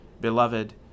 Beloved